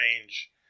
range